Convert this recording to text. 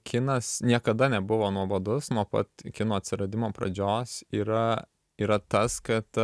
kinas niekada nebuvo nuobodus nuo pat kino atsiradimo pradžios yra yra tas kad